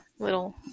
little